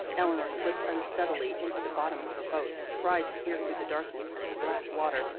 eleanor slipped unsteadily into the bottom of her boat and tried to peer through the darkness at the black water,